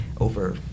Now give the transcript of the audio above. over